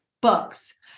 books